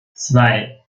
zwei